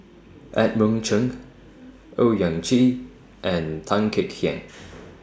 Edmund Cheng Owyang Chi and Tan Kek Hiang